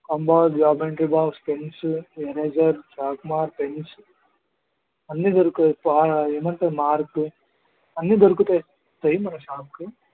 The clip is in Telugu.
compass geometry box pencil eraser sharpener pens అన్నీ దొరుకు ఏమంటారు మార్కు అన్నీ దొరుకుతాయి సార్ మన షాప్లో